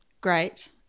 great